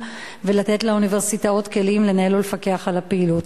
ולתת לאוניברסיטאות כלים לנהל ולפקח על הפעילות.